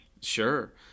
Sure